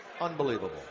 unbelievable